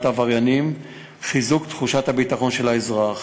העבריינים וחיזוק תחושת הביטחון של האזרח,